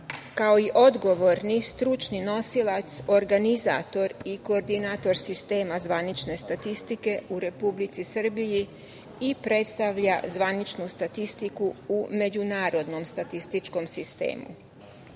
kao i odgovorni stručni nosilac, organizator i koordinator sistema zvanične statistike u Republici Srbiji i predstavlja zvaničnu statistiku u međunarodnom statističkom sistemu. Upravo